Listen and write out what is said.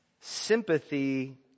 sympathy